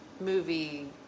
movie